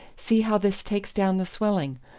see how this takes down the swelling.